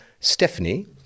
Stephanie